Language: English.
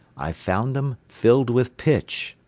i found them filled with pitch.